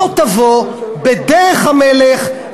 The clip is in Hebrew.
בוא תבוא בדרך המלך,